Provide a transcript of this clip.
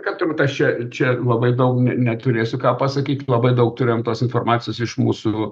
kad turbūt aš čia čia labai daug n neturėsiu ką pasakyt labai daug turim tos informacijos iš mūsų